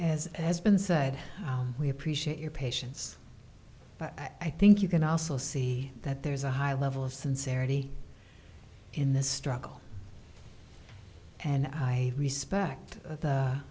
as has been said we appreciate your patience but i think you can also see that there's a high level of sincerity in this struggle and i respect the